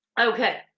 okay